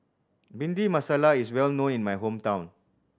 Bhindi Masala is well known in my hometown